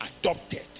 adopted